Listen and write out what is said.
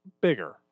bigger